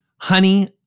Honey